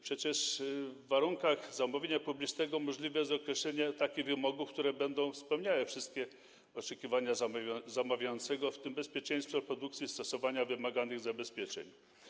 Przecież w warunkach zamówienia publicznego możliwe jest określenie takich wymogów, które będą spełniały wszystkie oczekiwania zamawiającego, w tym bezpieczeństwo produkcji stosowania wymaganych zabezpieczeń.